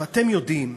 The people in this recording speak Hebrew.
אתם יודעים,